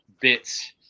bits